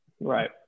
right